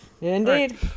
Indeed